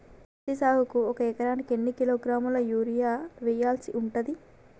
పత్తి సాగుకు ఒక ఎకరానికి ఎన్ని కిలోగ్రాముల యూరియా వెయ్యాల్సి ఉంటది?